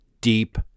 deep